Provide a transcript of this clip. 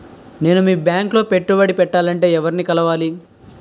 నేను మీ బ్యాంక్ లో పెట్టుబడి పెట్టాలంటే ఎవరిని కలవాలి?